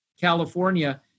California